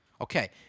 okay